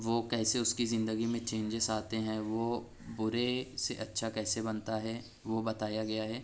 وہ کیسے اس کی زندگی میں چینجز آتے ہیں وہ برے سے اچّھا کیسے بنتا ہے وہ بتایا گیا ہے